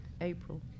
April